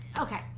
okay